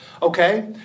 okay